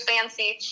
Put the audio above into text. fancy